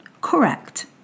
correct